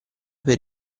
per